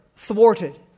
thwarted